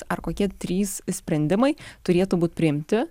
ar kokie trys sprendimai turėtų būt priimti